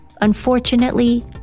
Unfortunately